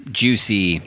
juicy